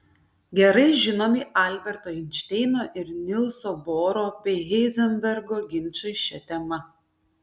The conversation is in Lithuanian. gerai žinomi alberto einšteino ir nilso boro bei heizenbergo ginčai šia tema